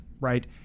right